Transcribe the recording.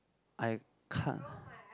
I cut